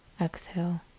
exhale